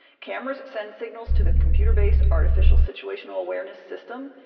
cameras sends signals to the computer-based artificial situational awareness system.